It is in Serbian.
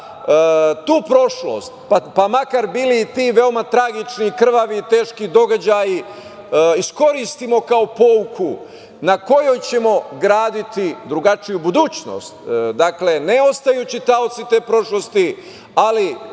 tu prošlost, pa makar bili i ti veoma tragični, krvavi i teški događaji iskoristimo kao pouku na kojoj ćemo graditi drugačiju budućnost, dakle, ne ostajući taoci te prošlosti, ali